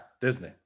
Disney